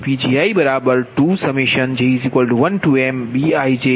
તેથી તે 2Pg1B112B12Pg2 હશે